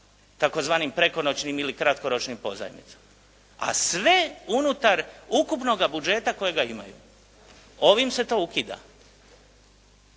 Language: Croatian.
tzv. prekonoćnim ili kratkoročnim pozajmicama a sve unutar ukupnoga budžeta kojega imaju. Ovim se to ukida.